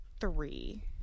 three